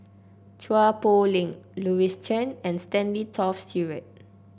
Chua Poh Leng Louis Chen and Stanley Toft Stewart